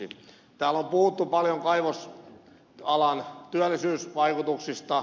täällä on puhuttu paljon kaivosalan työllisyysvaikutuksista